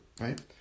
right